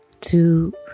two